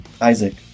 Isaac